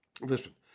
listen